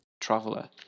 traveler